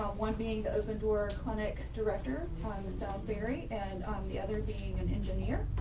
one being the open door clinic director thomas ellsbury and the other being an engineer,